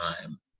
time